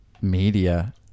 media